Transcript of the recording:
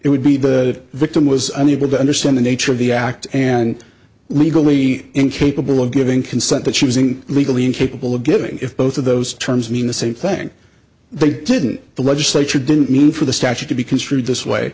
it would be the victim was unable to understand the nature of the act and legally incapable of giving consent but using legally incapable of giving if both of those terms mean the same thing but didn't the legislature didn't mean for the statute to be construed this way